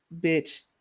bitch